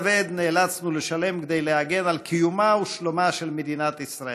את מסלול החיים שנקטע בברוטליות לעולם לא נוכל לשחזר בדיוק,